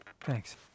Thanks